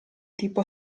tipo